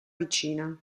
vicina